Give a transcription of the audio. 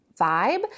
vibe